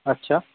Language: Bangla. আচ্ছা